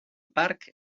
parc